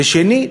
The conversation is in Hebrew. ושנית,